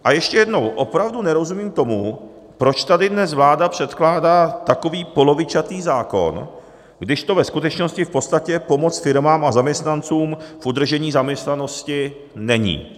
A ještě jednou, opravdu nerozumím tomu, proč tady dnes vláda předkládá takový polovičatý zákon, když to ve skutečnosti v podstatě pomoc firmám a zaměstnancům v udržení zaměstnanosti není.